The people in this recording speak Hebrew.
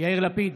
יאיר לפיד,